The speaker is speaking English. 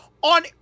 On